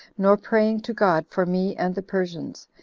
nor praying to god for me and the persians.